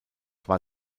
war